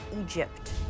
Egypt